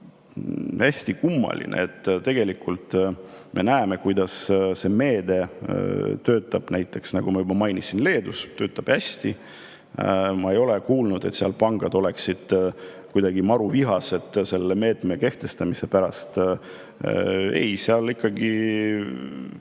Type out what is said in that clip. hästi kummaline, sest tegelikult me näeme, kuidas see meede töötab. Nagu ma juba mainisin, Leedus töötab see hästi. Ma ei ole kuulnud, et seal pangad on kuidagi maruvihased selle meetme kehtestamise pärast. Ei, seal ikkagi